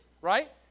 right